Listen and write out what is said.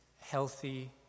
healthy